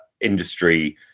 industry